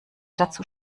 dazu